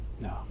No